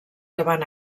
davant